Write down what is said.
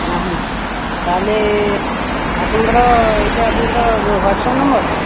ନାହିଁ ତାହେଲେ ଆପଣଙ୍କର ଏଇଟା ଆପଣଙ୍କର ହ୍ୱାଟସପ ନମ୍ବର୍